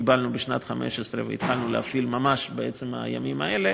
קיבלנו בשנת 2015 והתחלנו להפעיל ממש בעצם הימים האלה.